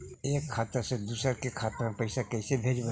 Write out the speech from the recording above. एक खाता से दुसर के खाता में पैसा कैसे भेजबइ?